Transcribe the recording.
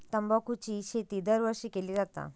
तंबाखूची शेती दरवर्षी केली जाता